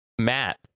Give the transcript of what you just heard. Matt